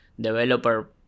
developer